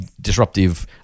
disruptive